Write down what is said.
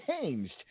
changed